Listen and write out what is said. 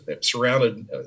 surrounded